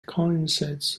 coincides